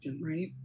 right